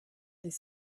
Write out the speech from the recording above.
des